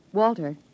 Walter